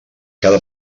cada